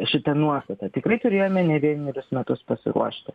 šita nuostata tikrai turėjome ne vienerius metus pasiruošti